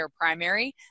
Primary